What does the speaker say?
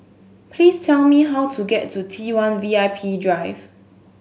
please tell me how to get to T one VIP Drive